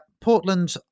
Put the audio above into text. Portland